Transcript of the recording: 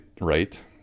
right